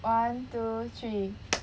one two three